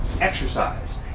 exercise